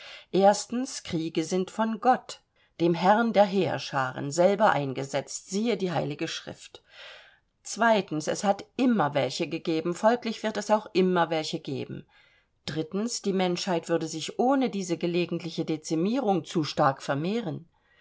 kriege sind von gott dem herrn der heerscharen selber eingesetzt siehe die heilige schrift es hat immer welche gegeben folglich wird es auch immer welche geben die menschheit würde sich ohne diese gelegentliche dezimierung zu stark vermehren